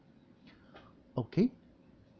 okay